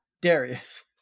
Darius